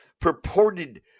purported